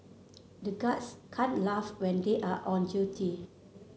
the guards can't laugh when they are on duty